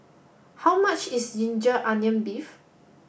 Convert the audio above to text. how much is ginger onions beef